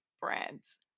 brands